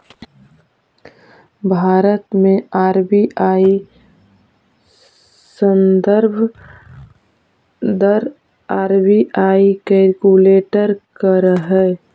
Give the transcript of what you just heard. भारत में आर.बी.आई संदर्भ दर आर.बी.आई कैलकुलेट करऽ हइ